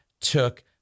took